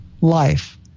life